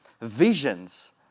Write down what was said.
visions